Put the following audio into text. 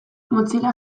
mozilla